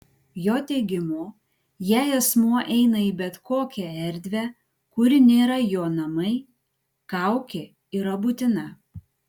jo teigimu jei asmuo eina į bet kokią erdvę kuri nėra jo namai kaukė yra būtina